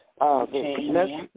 Okay